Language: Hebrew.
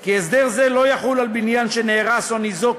כי הסדר זה לא יחול על בניין שנהרס או ניזוק,